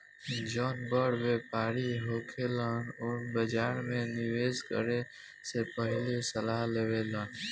जौन बड़ व्यापारी होखेलन उ बाजार में निवेस करे से पहिले सलाह लेवेलन